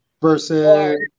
versus